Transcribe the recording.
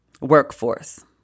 workforce